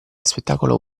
spettacolo